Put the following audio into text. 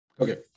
okay